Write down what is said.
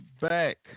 back